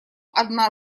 одна